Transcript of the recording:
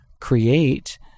create